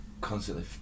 constantly